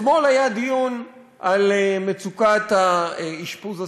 אתמול היה דיון על מצוקת האשפוז הסיעודי.